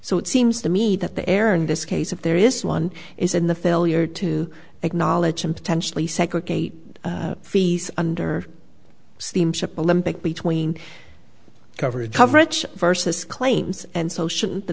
so it seems to me that the error in this case if there is one is in the failure to acknowledge and potentially segregate fees under steamship olympic between coverage coverage versus claims and so